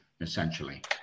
Essentially